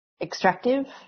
extractive